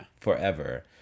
forever